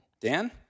Dan